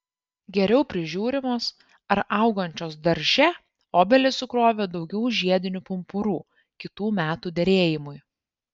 geriau prižiūrimos ar augančios darže obelys sukrovė daugiau žiedinių pumpurų kitų metų derėjimui